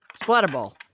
Splatterball